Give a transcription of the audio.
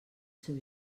seu